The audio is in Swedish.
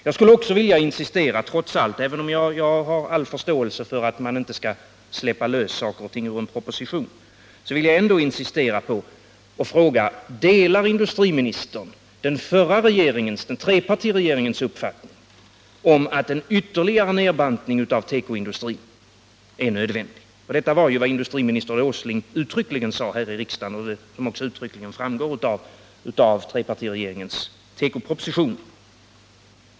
Jag vill också, trots att jag har all förståelse för att man inte skall släppa ut uppgifter ur en kommande proposition, insistera med att fråga om industriministern delar den avgångna trepartiregeringens uppfattning om att en ytterligare nedbantning av tekoindustrin är nödvändig. Detta var vad industriminister Åsling uttryckligen sade här i riksdagen, och det framgick också tydligt av trepartiregeringens tekoproposition.